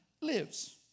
lives